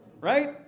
Right